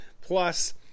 plus